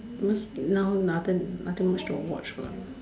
because now nothing nothing much to watch what